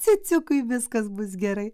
ciuciukui viskas bus gerai